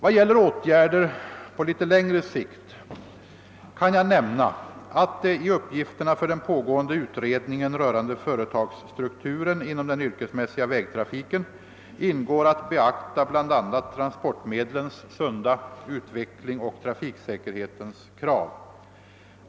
Vad gäller åtgärder på litet längre sikt kan jag nämna, att det i uppgifterna för den pågående utredningen rörande företagsstrukturen inom den yrkesmässiga vägtrafiken ingår att beakta bl.a. transportmedlens sunda utveckling och trafiksäkerhetens krav.